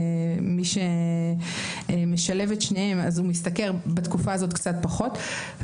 מי שמשלב את שניהם משתכר בתקופה הזאת קצת פחות.